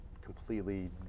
completely